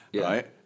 right